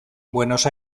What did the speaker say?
buenos